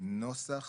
נוסח